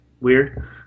weird